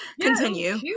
Continue